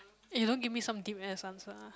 you don't give me some deep ass answer ah